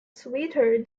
sweeter